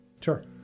Sure